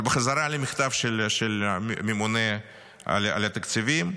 אבל בחזרה למכתב של הממונה על התקציבים.